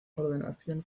ordenación